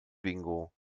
bingo